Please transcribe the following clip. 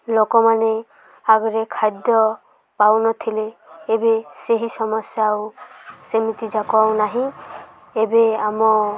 ଲୋକମାନେ ଆଗରେ ଖାଦ୍ୟ ପାଉନଥିଲେ ଏବେ ସେହି ସମସ୍ୟା ଆଉ ସେମିତି ଯାକ ନାହିଁ ଏବେ ଆମ